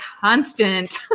constant